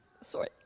sorry